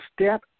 step